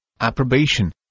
approbation